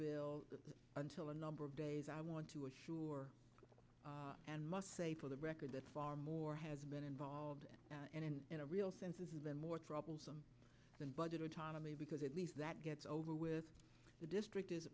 bill until a number of days i want to assure and must say for the record that far more has been involved in a real sense is the more troublesome than budget autonomy because at least that gets over with the district is